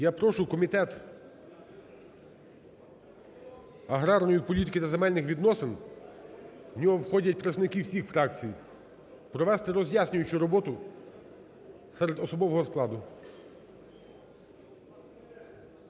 Я прошу Комітет аграрної політики та земельних відносин, у нього входять представники всіх фракцій, провести роз'яснюючу роботу серед особового складу.